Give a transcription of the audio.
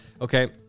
Okay